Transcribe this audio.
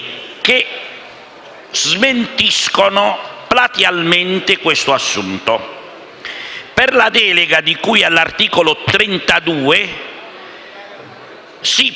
che smentiscono platealmente questo assunto. Per la delega, di cui all'articolo 32, «si provvede»,